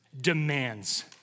demands